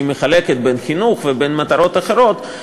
שהיא מחלקת בין חינוך לבין מטרות אחרות,